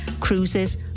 cruises